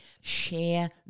share